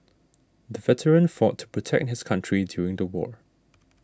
the veteran fought to protect his country during the war